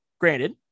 Granted